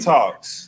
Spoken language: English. Talks